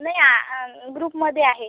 नाही ग्रुपमध्ये आहे